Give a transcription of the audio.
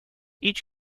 each